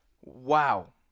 Wow